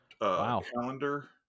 calendar